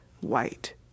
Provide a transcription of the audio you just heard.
white